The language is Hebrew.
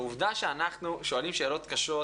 העובדה שאנחנו שואלים שאלות קשות